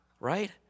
right